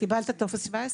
קיבלת טופס 17?